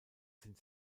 sind